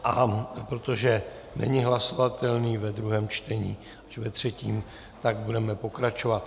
A protože není hlasovatelný ve druhém čtení, až ve třetím, tak budeme pokračovat.